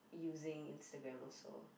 using Instagram also